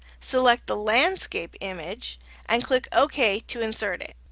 select the landscape image and click ok to insert it.